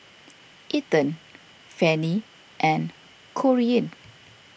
Ethen Fannie and Corean